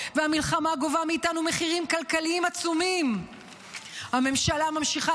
והמלחמה גובה מאיתנו מחירים כלכליים עצומים הממשלה ממשיכה